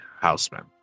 Houseman